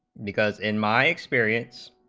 because in my experience